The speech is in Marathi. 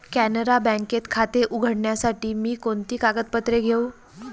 कॅनरा बँकेत खाते उघडण्यासाठी मी कोणती कागदपत्रे घेऊ?